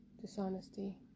dishonesty